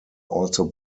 also